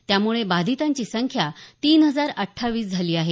त्यामुळे बाधितांची संख्या तीन हजार अठ्ठावीस झाली आहे